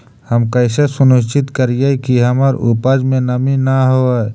हम कैसे सुनिश्चित करिअई कि हमर उपज में नमी न होय?